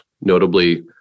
notably